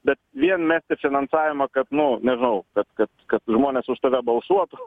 bet vien mesti finansavimą kad nu nežinau kad ka kad žmonės už tave balsuotų